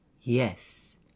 yes